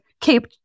keep